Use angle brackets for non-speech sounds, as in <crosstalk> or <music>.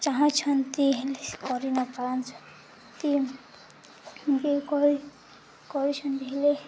ଚାହିଁଛନ୍ତି ହେଲେ <unintelligible> କରି କରିଛନ୍ତି ହେଲେ